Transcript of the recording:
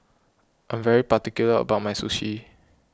I am particular about my Sushi